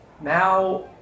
now